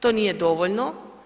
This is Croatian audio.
To nije dovoljno.